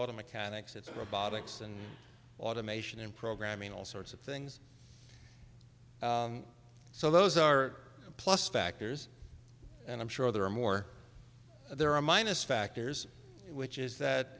auto mechanics it's robotics and automation in programming all sorts of things so those are a plus factors and i'm sure there are more there are a minus factors which is that